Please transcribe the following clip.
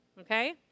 okay